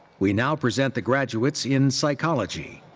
we now present the graduates in psychology.